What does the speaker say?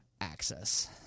access